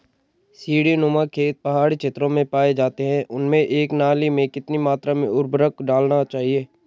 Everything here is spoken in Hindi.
सीड़ी नुमा खेत पहाड़ी क्षेत्रों में पाए जाते हैं उनमें एक नाली में कितनी मात्रा में उर्वरक डालना चाहिए?